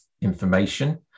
information